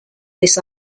this